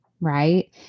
Right